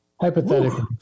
hypothetically